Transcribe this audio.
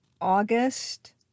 August